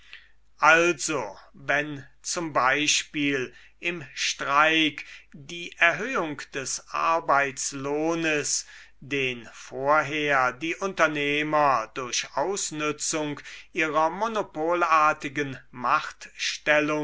also wenn z b im streik die erhöhung des arbeitslohnes den vorher die unternehmer durch ausnützung ihrer monopolartigen machtstellung